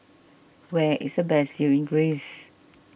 where is the best view in Greece